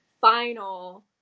final